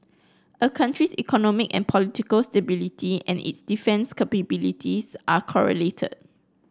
a country's economy and political stability and its defence capabilities are correlated